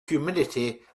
humidity